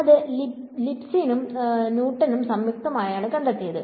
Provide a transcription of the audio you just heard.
അത് ലീബ്നിസും ന്യൂട്ടണും സംയുക്തമായാണ് കണ്ടെത്തിയത്